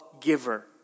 giver